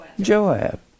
Joab